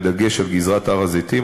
בדגש על גזרת הר-הזיתים,